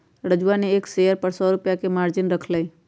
राजूवा ने एक शेयर पर सौ रुपया के मार्जिन रख लय